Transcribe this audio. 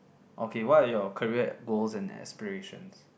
okay what are your career goals and aspirations